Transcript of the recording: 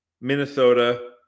Minnesota